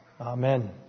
Amen